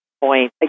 point